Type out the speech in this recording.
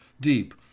deep